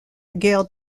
guerre